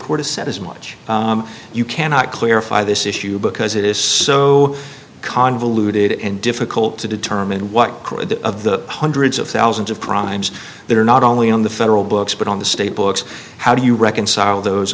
court as much you cannot clarify this issue because it is so convoluted and difficult to determine what the of the hundreds of thousands of crimes that are not only on the federal books but on the state books how do you reconcile those